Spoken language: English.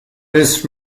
this